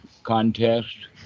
contest